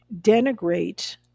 denigrate